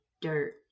dirt